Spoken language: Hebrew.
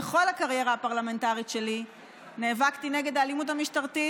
בכל הקריירה הפרלמנטרית שלי נאבקתי נגד האלימות המשטרתית.